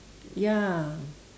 ya